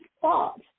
thought